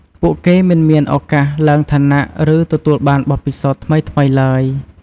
ពួកគេមិនមានឱកាសឡើងឋានៈ ឬទទួលបានបទពិសោធន៍ថ្មីៗឡើយ។